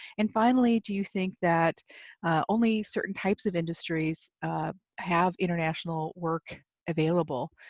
and finally, do you think that only certain types of industries have international work available?